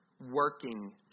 working